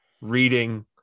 reading